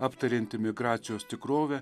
aptariantį migracijos tikrovę